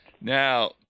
Now